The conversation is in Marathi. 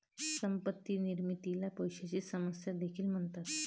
संपत्ती निर्मितीला पैशाची समस्या देखील म्हणतात